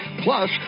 Plus